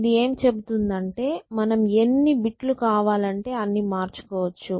ఇది ఏమి చెబుతుందంటే మనం ఎన్ని బిట్ లు కావాలంటే అన్ని మార్చుకోవచ్చు